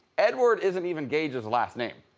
edward isn't even gage's last name.